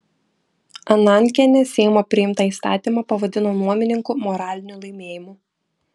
anankienė seimo priimtą įstatymą pavadino nuomininkų moraliniu laimėjimu